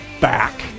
back